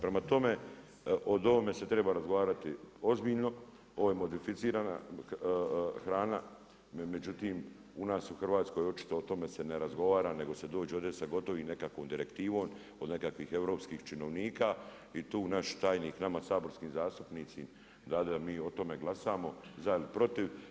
Prema tome, o ovome se treba razgovarati ozbiljno, ovo je modificirana hrana, međutim, u nas u Hrvatskoj očito o tome se ne razgovara nego se dođe ovdje sa gotovom nekakvom direktivom, od nekakvih europskih činovnika i tu naš tajnik, nama saborskim zastupnicima daje da mi o tome glasamo za ili protiv.